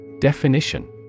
Definition